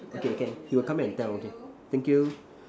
okay can he will come back and tell okay thank you